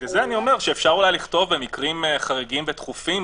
לכן אני אומר שאפשר אולי לכתוב במקרים חריגים ודחופים,